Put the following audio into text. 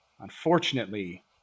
unfortunately